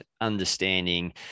understanding